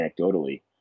anecdotally